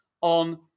on